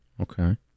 Okay